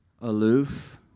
aloof